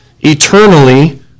eternally